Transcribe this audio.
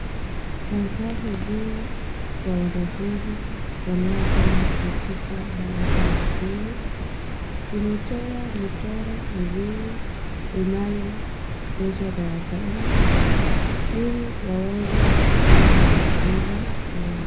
Karatasi nzuri kwa wanafunzi wanaosoma katika darasa la pili. Limechorwa michoro mizuri inayofunzwa darasani ili waweze kuwa na maarifa mema.